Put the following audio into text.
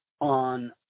on